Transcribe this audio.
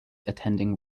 attending